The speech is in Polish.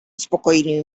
uspokoili